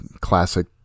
classic